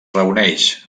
reuneix